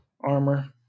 armor